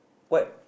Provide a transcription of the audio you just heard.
what